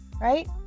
right